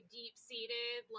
deep-seated